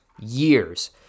years